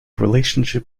relationship